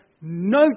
no